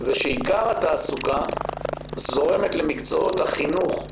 היא שעיקר התעסוקה זורם למקצועות החינוך,